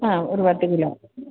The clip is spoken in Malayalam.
ആ ഒരു പത്ത് കിലോ